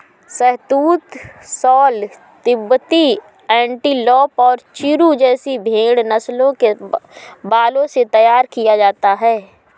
शहतूश shawl तिब्बती antelope और चिरु जैसी भेड़ नस्लों के बालों से तैयार किया जाता है